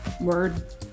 word